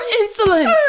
insolence